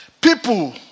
People